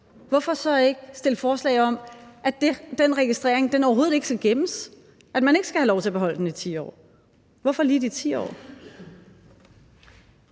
hvorfor så ikke stille forslag om, at den registrering overhovedet ikke skal gemmes, at man ikke skal have lov til at beholde den i 10 år? Hvorfor lige de 10 år?